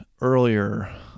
earlier